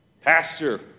Pastor